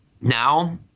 Now